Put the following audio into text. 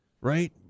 right